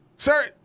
Sir